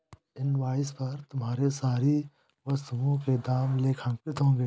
invoice पर तुम्हारे सारी वस्तुओं के दाम लेखांकित होंगे